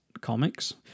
comics